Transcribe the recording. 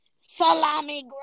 Salami